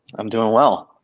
i'm doing well.